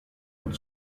und